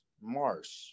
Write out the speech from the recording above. Marsh